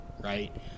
right